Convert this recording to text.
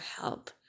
help